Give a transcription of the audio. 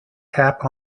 tap